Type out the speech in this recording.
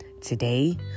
Today